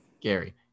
Gary